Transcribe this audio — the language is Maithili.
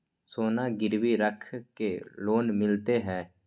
सोना गिरवी रख के लोन मिलते है?